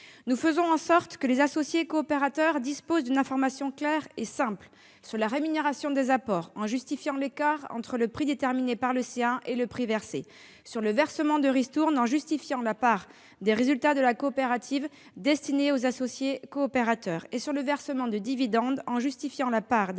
Nous faisons en sorte que les associés coopérateurs disposent d'une information claire et simple sur la rémunération des apports en justifiant l'écart entre le prix déterminé et le prix versé, sur le versement de ristournes en justifiant la part des résultats de la coopérative destinée aux associés coopérateurs, et sur le versement de dividendes en justifiant la part